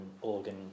organ